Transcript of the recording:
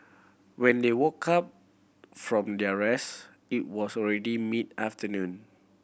when they woke up from their rest it was already mid afternoon